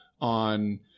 on